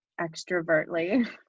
extrovertly